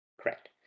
Correct